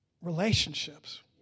relationships